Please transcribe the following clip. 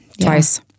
twice